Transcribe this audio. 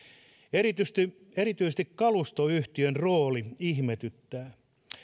erityisesti erityisesti kalustoyhtiön rooli ihmetyttää